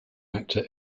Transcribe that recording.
actor